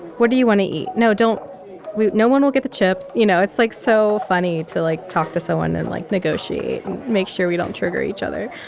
what do you want to eat? no don't no one will get the chips. you know it's like so funny to like talk to someone and like negotiate, and make sure we don't trigger each other.